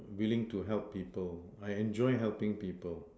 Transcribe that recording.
willing to help people I enjoy helping people